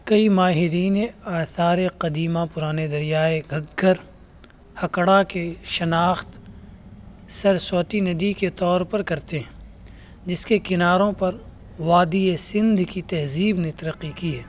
کئی ماہرین آثار قدیمہ پرانے دریائے گھگھر ہکڑہ کے شناخت سرسوتی ندی کے طور پر کرتے ہیں جس کے کناروں پر وادی سندھ کی تہذیب نے ترقی کی